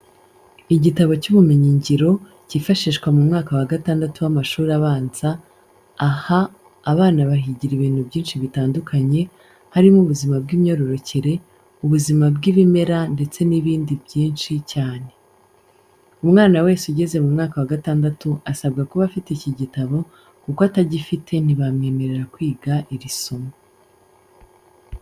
Igitabo cy'ubumenyingiro cyifashishwa mu mwaka wa gatandatu w'amashuri abanza, aha abana bahigira ibintu byinshi bitandukanye, harimo ubuzima bw'imyororokere, ubuzima bw'ibimera ndetse n'ibindi byinshi cyane. Umwana wese ugeze mu wa gatandatu asabwa kuba afite iki gitabo, kuko atagifite ntibamwemerera kwiga iri somo.